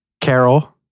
Carol